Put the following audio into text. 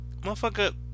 motherfucker